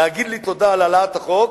להגיד לי תודה על העלאת החוק,